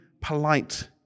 polite